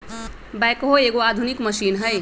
backhoe एगो आधुनिक machine हइ